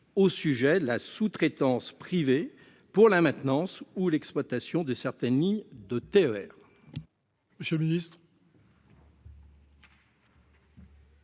sur la sous-traitance privée de la maintenance ou de l'exploitation de certaines lignes de TER